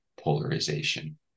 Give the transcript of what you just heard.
polarization